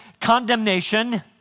condemnation